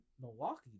Milwaukee